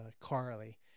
Carly